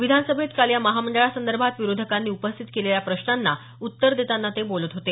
विधानसभेत काल या महामंडळासंदर्भात विरोधकांनी उपस्थित केलेल्या प्रश्नांना उत्तर देताना ते बोलत होते